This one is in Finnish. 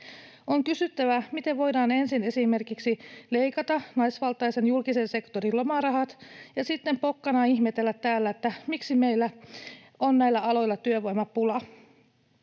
On kysyttävä, miten voidaan ensin esimerkiksi leikata naisvaltaisen julkisen sektorin lomarahat ja sitten pokkana ihmetellä täällä, miksi meillä on näillä aloilla työvoimapula,